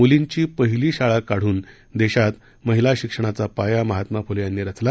मुलींची पहिली शाळा काढून देशात महिलां शिक्षणाचा पाया महात्मा फुले यांनी रचला